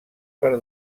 per